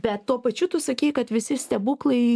bet tuo pačiu tu sakei kad visi stebuklai